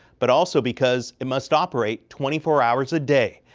but also because it must operate twenty four hours a day.